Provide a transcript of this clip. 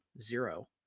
Zero